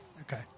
okay